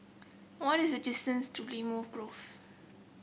what is the distance to Limau Grove